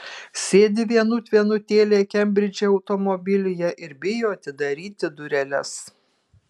sėdi vienut vienutėlė kembridže automobilyje ir bijo atidaryti dureles